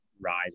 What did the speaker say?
rise